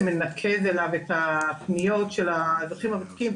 מנקז אליו את הפניות של האזרחים הוותיקים,